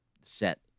set